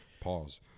Pause